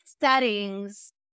settings